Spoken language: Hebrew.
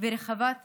ורחבת היקף.